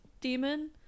demon